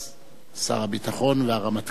שר הביטחון והרמטכ"ל לשעבר.